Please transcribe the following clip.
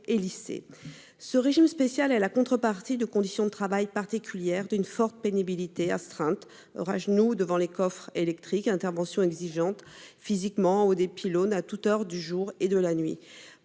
Ce régime spécial est la contrepartie de conditions de travail particulières et d'une forte pénibilité : astreintes, heures passées à genoux devant les coffres électriques, interventions exigeantes physiquement en haut des pylônes à toute heure du jour et de la nuit,